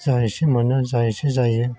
जा एसे मोनो जा एसे जायो